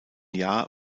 jahr